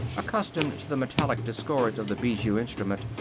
accustomed to the metallic discords of the bijou instrument,